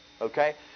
okay